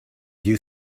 you